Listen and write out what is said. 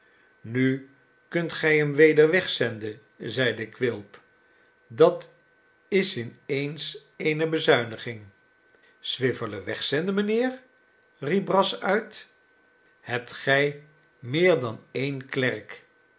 nu kunt gij hem weder wegzenden zeide quilp dat is in eens eene bezuiniging swiveller wegzenden mijnheer riep brass uit hebt gij meer dan een klerk